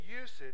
usage